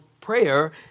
prayer